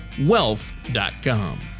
wealth.com